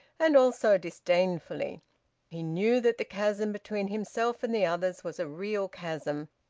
and also disdainfully he knew that the chasm between himself and the others was a real chasm,